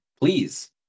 please